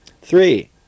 Three